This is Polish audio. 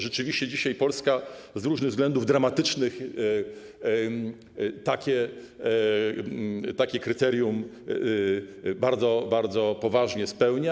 Rzeczywiście dzisiaj Polska, z różnych względów, dramatycznych, takie kryterium bardzo, bardzo poważnie spełnia.